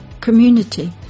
community